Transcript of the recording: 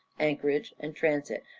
anchorage, and transit,